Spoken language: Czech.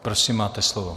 Prosím, máte slovo.